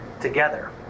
together